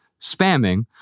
spamming